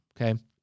Okay